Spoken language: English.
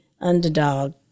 underdog